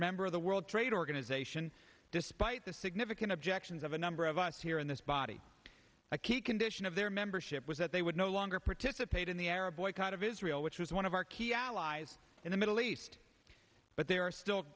member of the world trade organization despite the significant objections of a number of us here in this body a key condition of their membership was that they would no longer participate in the air a boycott of israel which was one of our key allies in the middle east but there are still